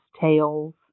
tales